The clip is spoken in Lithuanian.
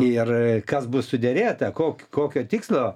ir kas bus suderėta ko kokį kokio tikslo